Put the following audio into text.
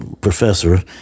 professor